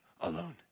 alone